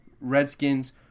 Redskins